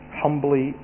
humbly